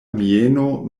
mieno